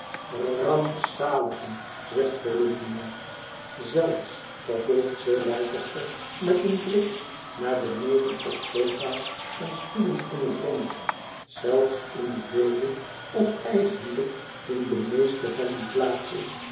r r rampzaligen zegt volumnia zelfs vervolgt sir leicester met een blik naar de neven op sofa's en stoelen in het rond zelfs in vele of eigenlijk in de meeste van die plaatsen